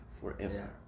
forever